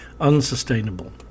unsustainable